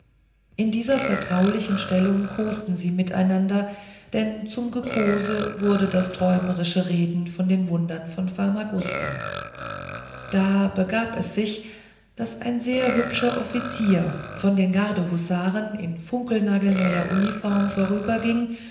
in dieser vertraulichen stellung kosten sie miteinander denn zum gekose wurde das träumerische reden von den wundern in famagusta da begab es sich daß ein sehr hübscher offizier von den garde husaren in funkelnagelneuer uniform vorüberging